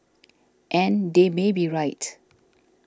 and they may be right